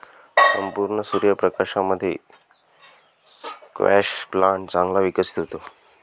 संपूर्ण सूर्य प्रकाशामध्ये स्क्वॅश प्लांट चांगला विकसित होतो